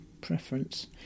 preference